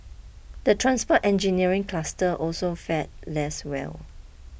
the transport engineering cluster also fared less well